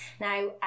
Now